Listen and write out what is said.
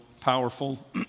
powerful